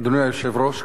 אדוני היושב-ראש,